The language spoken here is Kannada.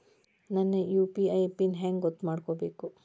ನನ್ನ ಯು.ಪಿ.ಐ ಪಿನ್ ಹೆಂಗ್ ಗೊತ್ತ ಮಾಡ್ಕೋಬೇಕು?